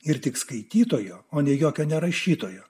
ir tik skaitytojo o ne jokio nerašytojo